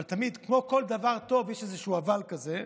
אבל תמיד, כמו בכל דבר טוב, יש איזשהו "אבל" כזה.